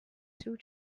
two